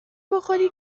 بخوری